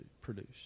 produced